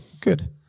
Good